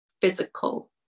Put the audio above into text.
physical